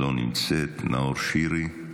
לא נמצאת, נאור שירי,